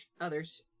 others